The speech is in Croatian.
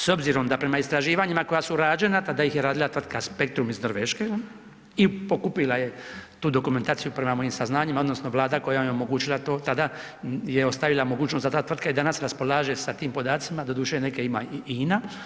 S obzirom da prema istraživanjima koja su rađena, tada ih je radila tvrtka Spektrum iz Norveške i pokupila je tu dokumentaciju prema mojim saznanjima, odnosno Vlada koja im je omogućila to, tada je ostavila mogućnost da ta tvrtka i danas raspolaže s tim podacima, doduše neke ima i INA.